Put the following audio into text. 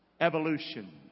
Evolution